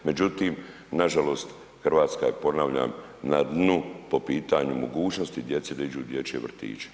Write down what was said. Međutim, nažalost, Hrvatska je ponavljam, na dnu, po pitanju mogućnosti djece, da iđu u dječje vrtiće.